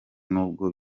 n’ubwo